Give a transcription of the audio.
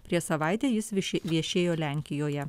prieš savaitę jis viši viešėjo lenkijoje